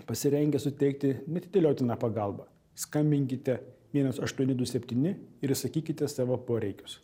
pasirengęs suteikti neatidėliotiną pagalbą skambinkite vienas aštuoni du septyni ir išsakykite savo poreikius